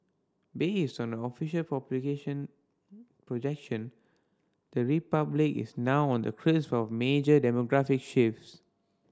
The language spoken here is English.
based on official population projection the Republic is now on the cusp of major demographic shifts